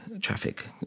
traffic